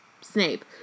Snape